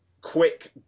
quick